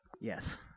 yes